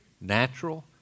Natural